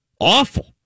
Awful